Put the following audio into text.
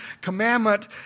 commandment